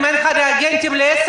אם אין לך ריאגנטים ל-10,000?